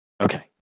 Okay